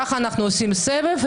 ככה אנחנו עושים סבב.